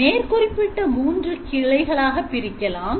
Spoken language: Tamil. மேற்குறிப்பிட்ட மூன்று கிளைகளாக பிரிக்கலாம்